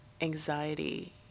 anxiety